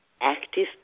Active